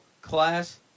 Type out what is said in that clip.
class